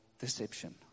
deception